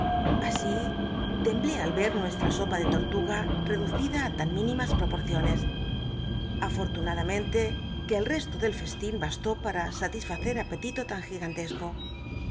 asi temblé al i'c i nuestra sopa tic tortuga reducida á tan mínimas proporciones afortunadamente que clesto del festín bastó para sati lh cr apetito t m gigantesco